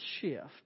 shift